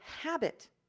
habit